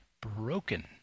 broken